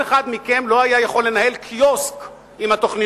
אחד מכם לא היה יכול לנהל קיוסק אתן.